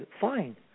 fine